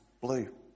blue